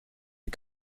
die